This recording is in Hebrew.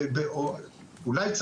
אולי,